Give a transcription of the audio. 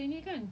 esok ada apa